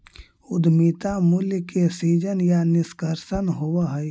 उद्यमिता मूल्य के सीजन या निष्कर्षण होवऽ हई